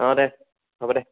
অঁ দে হ'ব দে